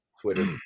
Twitter